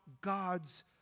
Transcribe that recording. God's